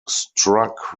struck